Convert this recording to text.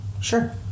Sure